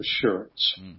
assurance